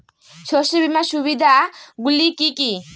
শস্য বীমার সুবিধা গুলি কি কি?